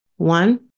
One